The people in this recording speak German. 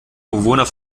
bewohner